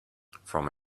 from